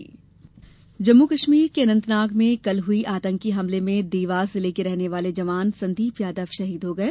शहीद जम्मूकश्मीर के अनंतनाग में कल हुई आतंकी हमले में देवास जिले के रहने वाले जवान संदीप यादव शहीद हो गये